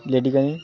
লেডিকেনি